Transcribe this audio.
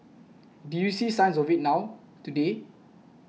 do you see signs of it now today